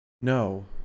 No